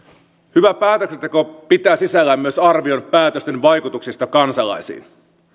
hyvä päätöksenteko pitää sisällään myös arvion päätösten vaikutuksista kansalaisiin